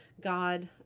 God